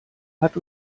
hat